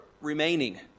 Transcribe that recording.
remaining